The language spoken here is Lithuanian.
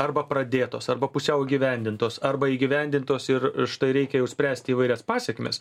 arba pradėtos arba pusiau įgyvendintos arba įgyvendintos ir štai reikia jau spręsti įvairias pasekmes